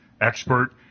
expert